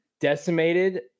decimated